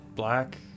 black